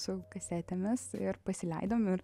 su kasetėmis ir pasileidom ir